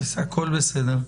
הכול בסדר.